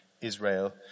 Israel